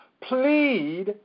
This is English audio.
plead